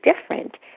different